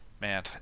Man